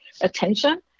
attention